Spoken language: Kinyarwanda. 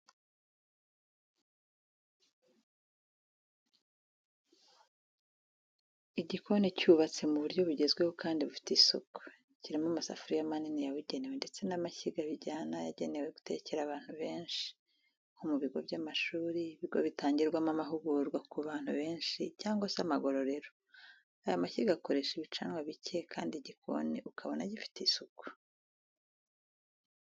Igikoni cyubatse mu buryo bugezweho kandi bufite isuku, kirimo amasafuriya manini yabugenewe ndetse n'amashyiga bijyana yagenewe gutekera abantu benshi nko mu bigo by'amashuri, ibigo bitangirwamo amahugurwa ku bantu benshi, cyangwa se amagororero . Aya mashyiga akoresha ibicanwa bike kandi igikoni ukabona gifite isuku.